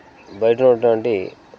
బయట ఉన్నటువంటి